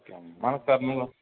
మనకు కర్నూలు